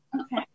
Okay